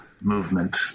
movement